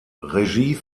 regie